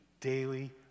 daily